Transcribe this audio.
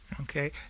okay